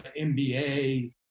MBA